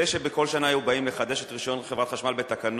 זה שבכל שנה היו באים לחדש את רשיון חברת החשמל בתקנות,